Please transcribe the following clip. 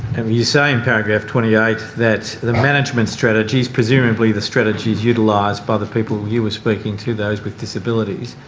you you say in paragraph twenty eight that the management strategies, presumably the strategies utilised by the people you were speaking to, those with disabilities,